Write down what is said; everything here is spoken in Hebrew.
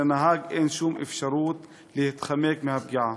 ולנהג אין שום אפשרות להתחמק מהפגיעה.